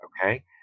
okay